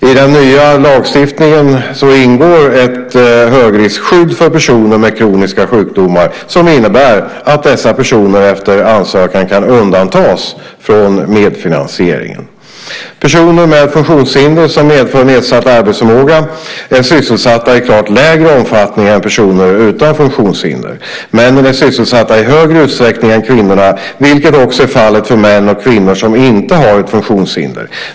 I den nya lagstiftningen ingår ett högriskskydd för personer med kroniska sjukdomar som innebär att dessa personer efter ansökan kan undantas från medfinansieringen. Personer med funktionshinder som medför nedsatt arbetsförmåga är sysselsatta i klart mindre omfattning än personer utan funktionshinder. Männen är sysselsatta i större utsträckning än kvinnorna, vilket också är fallet för män och kvinnor som inte har ett funktionshinder.